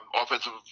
offensive